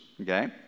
okay